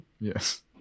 Yes